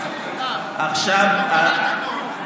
רגע,